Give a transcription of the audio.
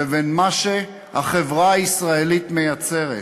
לבין מה שהחברה הישראלית מייצרת.